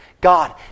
God